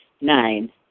Nine